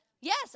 Yes